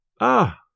Ah